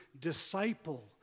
disciple